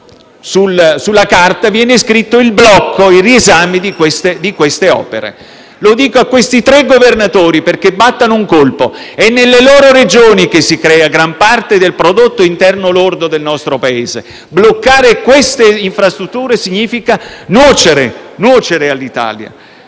sulla carta il blocco e il riesame di queste opere. Mi rivolgo a questi tre governatori perché battano un colpo: è nelle loro Regioni che si crea gran parte del prodotto interno lordo del nostro Paese. Bloccare queste infrastrutture significa nuocere all'Italia.